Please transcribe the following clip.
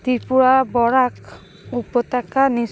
ত্রিপুরা বরাক উপত্যকা